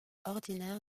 ordinaire